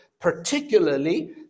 particularly